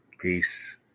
Peace